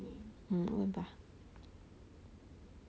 mm 问吧